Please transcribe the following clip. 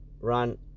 run